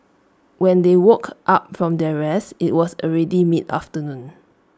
when they woke up from their rest IT was already mid afternoon